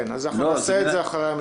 כן, אז נעשה את זה אחרי המליאה.